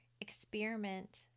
experiment